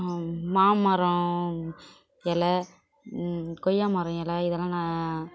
மாமரம் இலை கொய்யா மரம் இலை இதெல்லாம் நான்